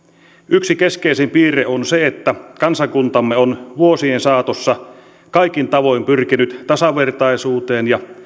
yksi keskeisin piirre on se että kansakuntamme on vuosien saatossa kaikin tavoin pyrkinyt tasavertaisuuteen ja